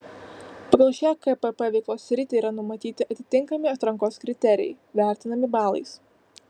pagal šią kpp veiklos sritį yra numatyti atitinkami atrankos kriterijai vertinami balais